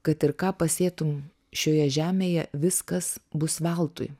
kad ir ką pasėtum šioje žemėje viskas bus veltui